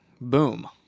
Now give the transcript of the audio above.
Boom